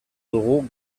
dugu